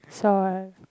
sawn